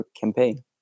campaign